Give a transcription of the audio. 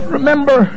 Remember